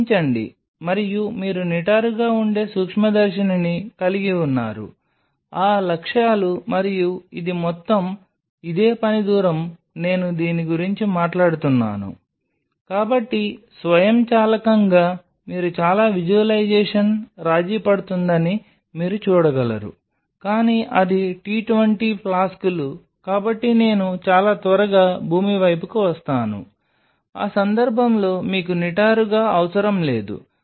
గ్రహించండి మరియు మీరు నిటారుగా ఉండే సూక్ష్మదర్శినిని కలిగి ఉన్నారు ఆ లక్ష్యాలు మరియు ఇది మొత్తం ఇదే పని దూరం నేను దీని గురించి మాట్లాడుతున్నాను కాబట్టి స్వయంచాలకంగా మీరు చాలా విజువలైజేషన్ రాజీ పడుతుందని మీరు చూడగలరు కానీ అది t 20 ఫ్లాస్క్లు కాబట్టి నేను చాలా త్వరగా భూమి వైపుకు వస్తాను ఆ సందర్భంలో మీకు నిటారుగా అవసరం లేదు